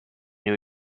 new